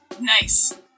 Nice